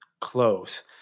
close